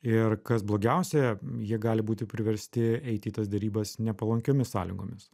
ir kas blogiausia jie gali būti priversti eiti į tas derybas nepalankiomis sąlygomis